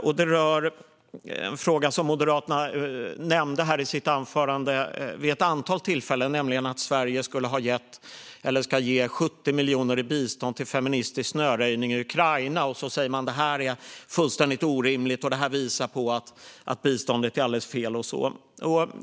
Frågan rör något som Moderaterna nämnde vid ett antal tillfällen i sitt anförande: att Sverige ska ge 70 miljoner i bistånd till feministisk snöröjning i Ukraina. Man säger att det är fullständigt orimligt, att det visar att biståndet är alldeles fel och så vidare.